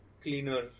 cleaner